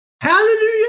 hallelujah